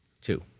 Two